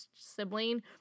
sibling